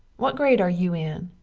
what grade are you in?